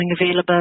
available